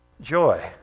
joy